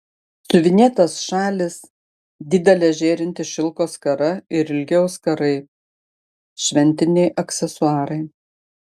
siuvinėtas šalis didelė žėrinti šilko skara ir ilgi auskarai šventiniai aksesuarai